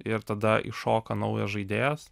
ir tada iššoka naujas žaidėjas